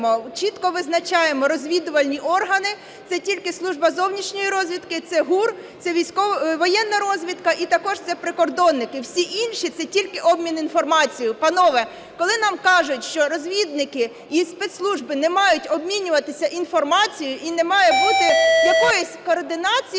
чітко визначаємо розвідувальні органи – це тільки Служба зовнішньої розвідки, це ГУР, це воєнна розвідка і також це прикордонники. Всі інші – це тільки обмін інформацією. Панове, коли нам кажуть, що розвідники і спецслужби не мають обмінюватися інформацією і не має бути якоїсь координації